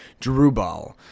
Jerubal